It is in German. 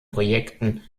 projekten